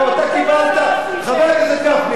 חבר הכנסת גפני,